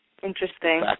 Interesting